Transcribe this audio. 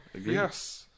Yes